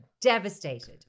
Devastated